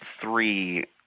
three